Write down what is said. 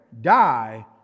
die